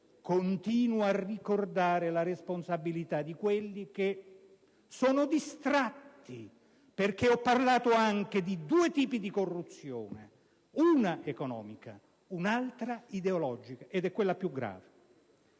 continuo a ricordare la responsabilità di quelli che sono distratti. Ho parlato anche di due tipi di corruzione, una economica e un' altra ideologica, che è quella più grave.